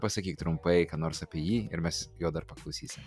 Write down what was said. pasakyk trumpai ką nors apie jį ir mes jo dar paklausysim